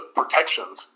protections